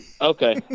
okay